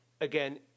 again